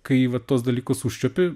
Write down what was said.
kai va tuos dalykus užčiuopi